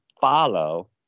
follow